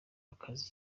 akazi